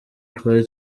twari